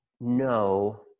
no